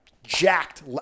Jacked